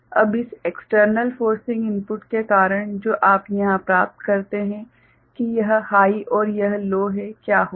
अब इस external forcing input के कारण जो आप यहाँ प्राप्त करते हैं कि यह हाइ है और यह लो है क्या होगा